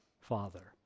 Father